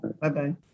Bye-bye